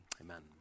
Amen